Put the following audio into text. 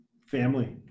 Family